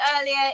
earlier